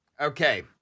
Okay